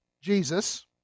Jesus